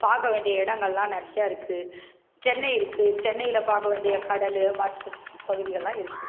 பார்க்கவேண்டிய இடங்களெலாம் நிறையா இருக்குது சென்னை இருக்குது சென்னையில் பார்க்க வேண்டிய கடல் மற்ற சுற்றுப் பகுதிகளெலாம் இருக்குது